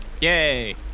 Yay